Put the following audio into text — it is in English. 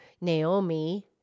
Naomi